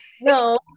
no